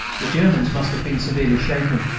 the germans must have been severely shaken,